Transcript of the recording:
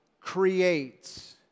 creates